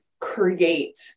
create